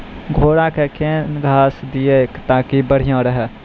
घोड़ा का केन घास दिए ताकि बढ़िया रहा?